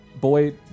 boy